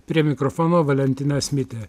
prie mikrofono valentinas mitė